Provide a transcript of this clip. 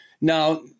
Now –